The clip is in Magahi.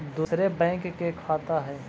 दुसरे बैंक के खाता हैं?